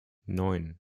neun